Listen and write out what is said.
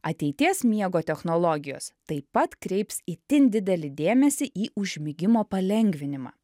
ateities miego technologijos taip pat kreips itin didelį dėmesį į užmigimo palengvinimą